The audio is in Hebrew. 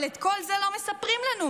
אבל את כל זה לא מספרים לנו.